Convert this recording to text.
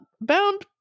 bound